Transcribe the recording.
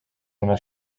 una